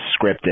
scripted